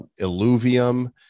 Illuvium